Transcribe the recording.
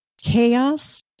chaos